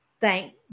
thank